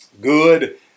Good